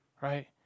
right